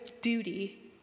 duty